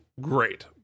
great